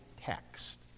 text